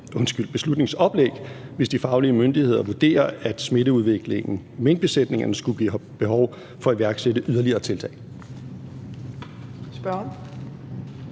nyt beslutningsoplæg, hvis de faglige myndigheder vurderede, at smitteudviklingen i minkbesætningen skulle give behov for at iværksætte yderligere tiltag. Hvad var det